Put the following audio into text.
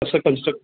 असं कंस्ट्रक